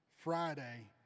Friday